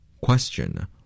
Question